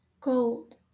Gold